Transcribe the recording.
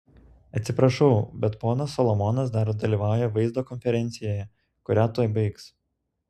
atsiprašau bet ponas solomonas dar dalyvauja vaizdo konferencijoje kurią tuoj baigs